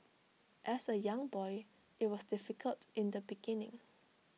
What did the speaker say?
as A young boy IT was difficult in the beginning